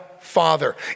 father